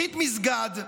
הצית מסגד,